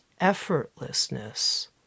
effortlessness